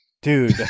dude